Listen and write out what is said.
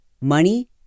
Money